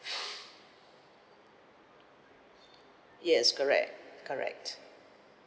yes correct correct